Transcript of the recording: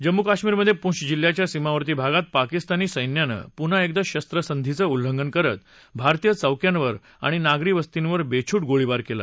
जम्मू कश्मीरमधप्रिंछ जिल्ह्याच्या सीमावर्ती भागात पाकिस्तानी सैन्यानं पुन्हा एकदा शस्त्रसंधीचं उल्लंघन करत भारतीय चौक्यांवर आणि नागरी वस्तींवर बस्ट्रूट गोळीबार क्वि